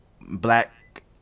black